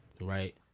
right